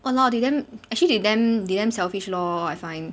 !walao! they damn actually they damn they damn selfish lor I find